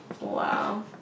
Wow